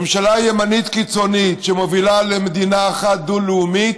ממשלה ימנית קיצונית שמובילה למדינת אחת דו-לאומית,